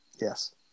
Yes